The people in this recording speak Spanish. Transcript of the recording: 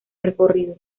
recorrido